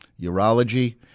Urology